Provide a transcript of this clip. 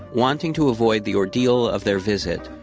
wanting to avoid the ordeal of their visit,